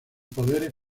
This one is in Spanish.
poderes